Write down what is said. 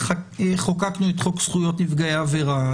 חוקקנו את חוק זכויות נפגעי עבירה,